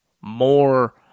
more